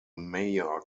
mayor